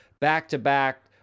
back-to-back